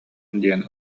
диэн